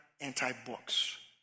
anti-books